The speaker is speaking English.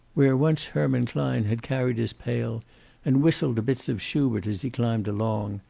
where once herman klein had carried his pail and whistled bits of shubert as he climbed along,